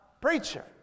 preacher